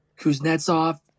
Kuznetsov